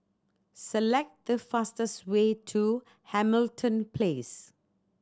select the fastest way to Hamilton Place